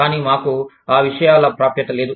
కానీ మాకు ఆ విషయాల ప్రాప్యత లేదు